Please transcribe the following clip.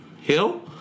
Hill